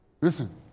listen